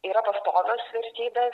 yra pastovios vertybės